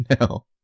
No